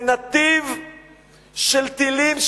זה נתיב של טילים,